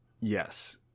Yes